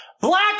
Black